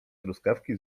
truskawki